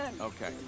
Okay